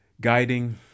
guiding